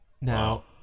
now